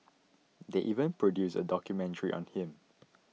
they even produced a documentary on him